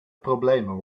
problemen